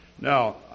Now